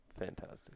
Fantastic